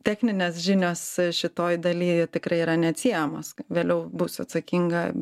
techninės žinios šitoj daly tikrai yra neatsiejamos vėliau būsiu atsakinga